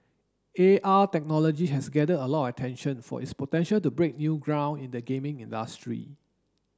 A R technology has gathered a lot of attention for its potential to break new ground in the gaming industry